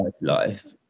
life